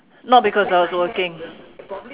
not because I was working